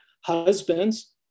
husbands